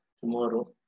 tomorrow